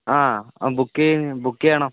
ആ ബുക്ക് ചെയ്യുന്നു ബുക്ക് ചെയ്യണം